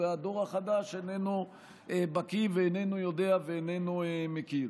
והדור החדש איננו בקי ואיננו יודע ואיננו מכיר.